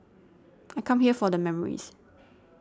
I come here for the memories